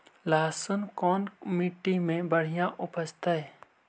लहसुन कोन मट्टी मे बढ़िया उपजतै?